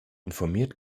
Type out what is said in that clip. informiert